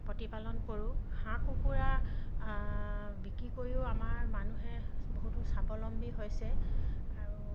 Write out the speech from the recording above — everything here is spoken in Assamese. প্ৰতিপালন কৰোঁ হাঁহ কুকুৰা বিক্ৰী কৰিও আমাৰ মানুহে বহুতো স্বাৱলম্বী হৈছে আৰু